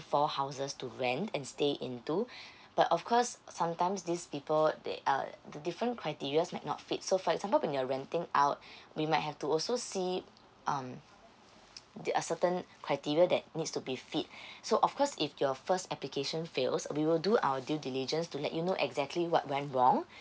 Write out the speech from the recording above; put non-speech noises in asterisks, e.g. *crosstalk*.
for houses to rent and stay into *breath* but of course sometimes these people they err the different criterias might not fit so for example when you're renting out we might have to also see um there are certain criteria that needs to be fit so of course if your first application fails we will do our due diligence to let you know exactly what went wrong